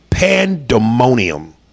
pandemonium